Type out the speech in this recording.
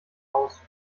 aus